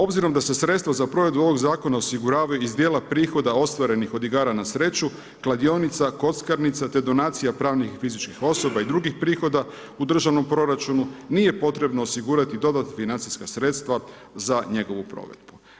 Obzirom da se sredstva za provedbu ovog zakona osiguravaju iz dijela prihoda ostvarenih od igara na sreću, kladionica, kockarnica te donacija pravnih i fizičkih osoba i drugih prihoda u državnom proračunu nije potrebno osigurati dodatna financijska sredstva za njegovu provedbu.